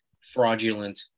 fraudulent